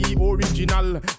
original